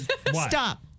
Stop